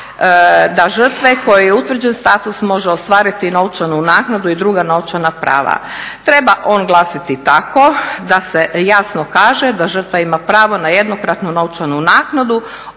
da žrtve kojoj je utvrđen status može ostvariti novčanu naknadu i druga novčana prava. Treba on glasiti tako da se jasno kaže da žrtva ima pravo na jednokratnu novčanu naknadu